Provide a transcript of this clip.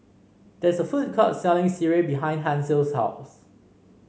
there's a food court selling sireh behind Hansel's house